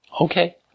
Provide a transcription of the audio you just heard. Okay